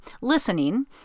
listening